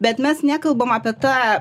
bet mes nekalbam apie tą